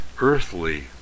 earthly